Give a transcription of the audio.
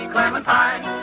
Clementine